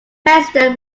president